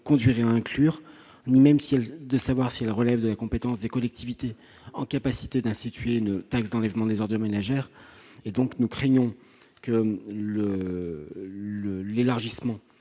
conduirait à inclure ni même de savoir si ce service relève de la compétence des collectivités en capacité d'instituer une taxe d'enlèvement des ordures ménagères. Par conséquent, nous craignons que l'élargissement